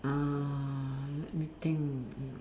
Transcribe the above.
uh let me think mm